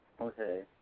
Okay